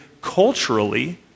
culturally